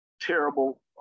terrible